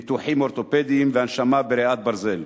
ניתוחים אורתופדיים והנשמה ב"ריאת ברזל".